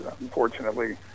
unfortunately